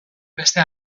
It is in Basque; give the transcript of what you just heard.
beste